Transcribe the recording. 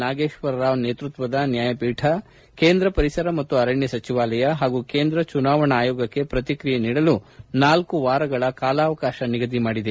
ನಾಗೇಶ್ವರ ರಾವ್ ನೇತೃತ್ವದ ನ್ಯಾಯಪೀಠ ಕೇಂದ್ರ ಪರಿಸರ ಮತ್ತು ಅರಣ್ಯ ಸಚಿವಾಲಯ ಹಾಗೂ ಕೇಂದ್ರ ಚುನಾವಣಾ ಆಯೋಗಕ್ಕೆ ಪ್ರತಿಕ್ರಿಯೆ ನೀಡಲು ನಾಲ್ಕ ವಾರಗಳ ಕಾಲಾವಕಾಶ ನಿಗದಿ ಮಾಡಿದೆ